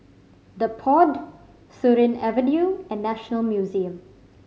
The Pod Surin Avenue and National Museum